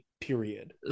period